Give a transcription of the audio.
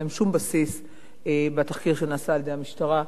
להם שום בסיס בתחקיר שנעשה על-ידי המשטרה.